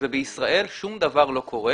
ובישראל שום דבר לא קורה